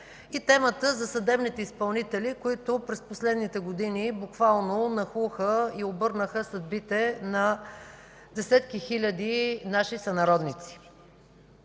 и темата за съдебните изпълнители, които през последните години буквално нахлуха и обърнаха съдбите на десетки хиляди наши сънародници.